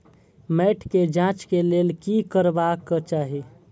मैट के जांच के लेल कि करबाक चाही?